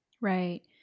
Right